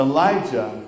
Elijah